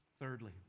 Thirdly